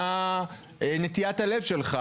מה נטיית הלב שלך